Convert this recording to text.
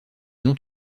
ont